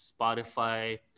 Spotify